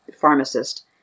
pharmacist